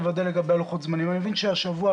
כל יהיה לקבוע מי הוא הגורם המתכלל הזה מבין משרדי